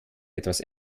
etwas